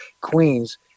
Queens